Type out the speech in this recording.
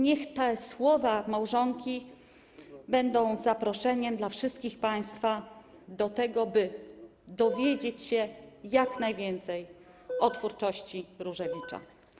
Niech te słowa małżonki będą zaproszeniem dla wszystkich państwa do tego, by dowiedzieć się jak najwięcej o twórczości Różewicza.